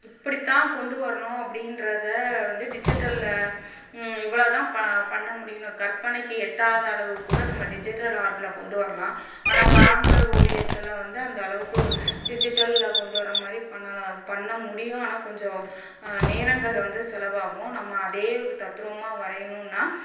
இப்படித்தான் கொண்டு வரணும் அப்படின்றத வந்து டிஜிட்டலில் இவ்வளோ தான் ப பண்ண முடியும்னு கற்பனைக்கு எட்டாத அளவுக்கு கூட நம்ம டிஜிட்டல் ஆர்ட்டில் கொண்டு வரலாம் ஆனால் பாரம்பரிய ஓவியத்தில் வந்து அந்தளவுக்கு டிஜிட்டலில் கொண்டு வர்ற மாதிரி பண்ணலாம் பண்ண முடியும் ஆனால் கொஞ்சம் நேரங்கள் வந்து செலவாகும் நம்ம அதே தத்ரூபமா வரையணும்னா